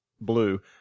blue